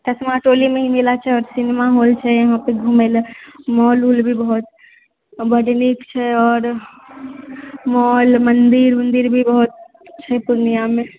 ततमा टोलीमे ही मेला छै आओर सिनेमा हॉल छै यहाँ पर घूमै लेऽ मॉल उल भी बहुत बड नीक छै आओर मॉल मन्दिर उन्दिर भी बहुत छै पूर्णियामे